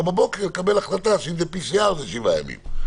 לקבל החלטה שאם זה PCR, זה שבוע.